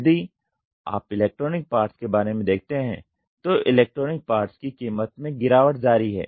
यदि आप electronic parts के बारे में देखते हैं तो इलेक्ट्रॉनिक पार्ट्स की कीमत में गिरावट जारी है